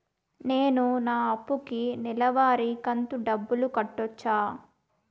నేను నా అప్పుకి నెలవారి కంతు డబ్బులు కట్టొచ్చా?